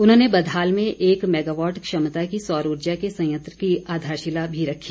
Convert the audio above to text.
उन्होंने बधाल में एक मैगावॉट क्षमता की सौर उर्जा के संयंत्र की आधारशिला भी रखी